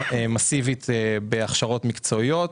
הכשרות מקצועיות,